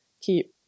keep